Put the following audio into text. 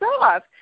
off